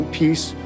peace